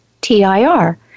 TIR